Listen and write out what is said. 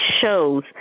shows